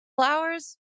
Flowers